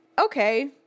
Okay